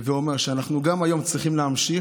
הווה אומר שגם היום אנחנו צריכים להמשיך